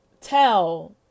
Tell